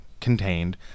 contained